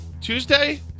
Tuesday